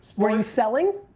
were you selling?